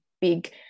big